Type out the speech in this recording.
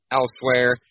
elsewhere